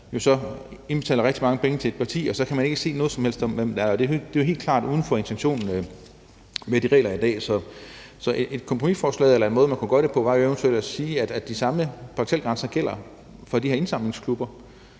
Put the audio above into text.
der indbetaler rigtig mange penge til et parti, og så kan man ikke se noget som helst om, hvem det er. Det er jo helt klart uden for intentionen med de regler, der er i dag, så et kompromisforslag eller en måde, man kunne gøre det på, var jo eventuelt at sige, at de samme bagatelgrænser gælder for de her indsamlingsklubber.